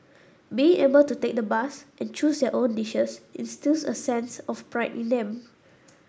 being able to take the bus and choose their own dishes instills a sense of pride in them